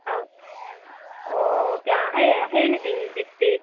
how oh okay ಹಾಂ ಹೇಳಿ ದೀಪ್ತಿ